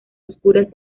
oscuras